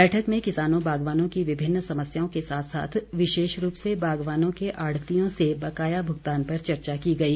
बैठक में किसानों बागवानों की विभिन्न समस्याओं के साथ साथ विशेष रूप से बागवानों के आढ़तियों से बकाया भुगतान पर चर्चा की गई